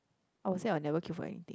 I would say I'll never queue for anything